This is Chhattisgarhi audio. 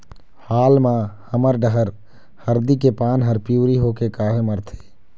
हाल मा हमर डहर हरदी के पान हर पिवरी होके काहे मरथे?